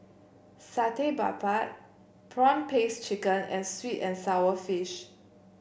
Satay Babat prawn paste chicken and sweet and sour fish